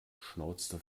schnauzte